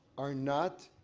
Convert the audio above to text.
are not